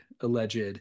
alleged